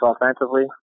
offensively